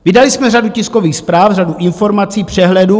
Vydali jsme řadu tiskových zpráv, řadu informací, přehledů.